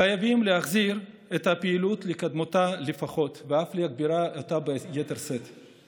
חייבים לפחות להחזיר את הפעילות לקדמותה ואף להגבירה ביתר שאת.